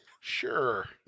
Sure